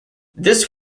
this